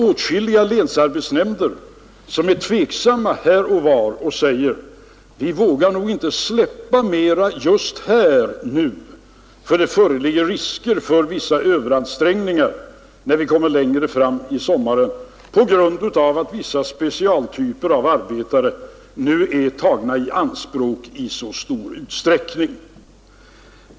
Åtskilliga länsarbetsnämnder är tveksamma och menar att vi nog inte vågar släppa mer just nu, därför att det föreligger risk för vissa överansträngningar till sommaren på grund av att vissa specialarbetare nu är tagna i anspråk i så stor utsträckning.